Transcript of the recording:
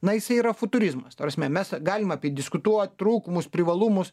na jisai yra futurizmas ta prasme mes e galim apie jį diskutuot trūkumus privalumus